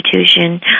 institution